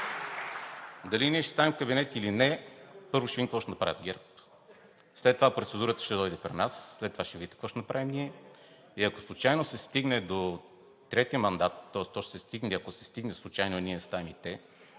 Дали ние ще съставим кабинет или не? Първо ще видим какво ще направят ГЕРБ, след това процедурата ще дойде при нас, след това ще видите какво ще направим ние. Ако случайно се стигне до трети мандат, тоест то ще се стигне, ако се стигне случайно и ние станем, и те,